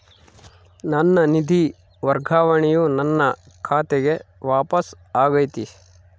ನನ್ನ ನಿಧಿ ವರ್ಗಾವಣೆಯು ನನ್ನ ಖಾತೆಗೆ ವಾಪಸ್ ಆಗೈತಿ